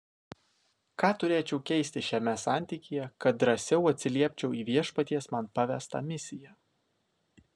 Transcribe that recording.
ką turėčiau keisti šiame santykyje kad drąsiau atsiliepčiau į viešpaties man pavestą misiją